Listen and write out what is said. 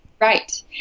Right